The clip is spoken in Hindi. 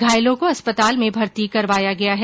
घायलों को अस्पताल में भर्ती करवाया गया है